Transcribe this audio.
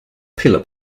pillar